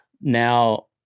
now